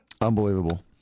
Unbelievable